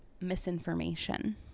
misinformation